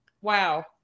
wow